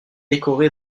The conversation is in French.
décoré